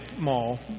mall